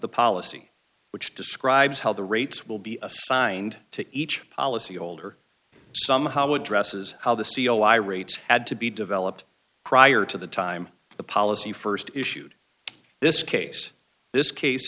the policy which describes how the rates will be assigned to each policy holder somehow addresses how the c o i rates had to be developed prior to the time the policy st issued this case this case